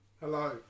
Hello